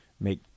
Make